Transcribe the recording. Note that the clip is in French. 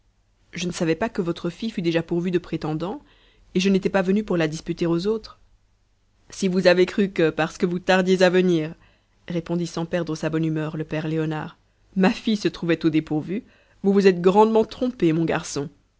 je ne savais pas que votre fille fût déjà pourvue de prétendants et je n'étais pas venu pour la disputer aux autres si vous avez cru que parce que vous tardiez à venir répondit sans perdre sa bonne humeur le père léonard ma fille se trouvait au dépourvu vous vous êtes grandement trompé mon garçon